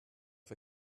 for